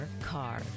car